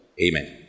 Amen